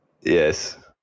Yes